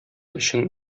өчен